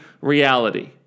reality